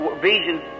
Vision